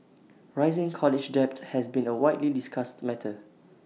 rising college debt has been A widely discussed matter